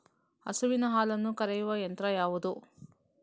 ಹಸುವಿನ ಹಾಲನ್ನು ಕರೆಯುವ ಯಂತ್ರ ಯಾವುದು?